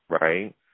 right